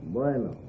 Bueno